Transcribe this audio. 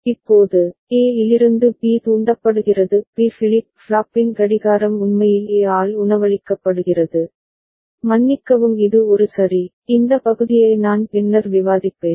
இப்போது A இலிருந்து B தூண்டப்படுகிறது பி ஃபிளிப் ஃப்ளாப்பின் கடிகாரம் உண்மையில் A ஆல் உணவளிக்கப்படுகிறது மன்னிக்கவும் இது ஒரு சரி இந்த பகுதியை நான் பின்னர் விவாதிப்பேன்